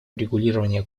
урегулирования